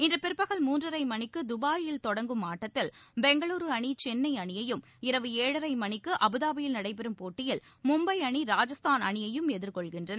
இன்று பிற்பகல் மூன்றரை மணிக்கு தபாயில் தொடங்கும் ஆட்டத்தில் பெங்களுரு அணி சென்ளை அணியையும் இரவு ஏழரை மணிக்கு அபுதாபியில் நடைபெறும் போட்டியில் மும்பை அணி ராஜஸ்தான் அணியையும் எதிர்கொள்கின்றன